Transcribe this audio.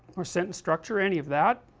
or sentence structure or any of that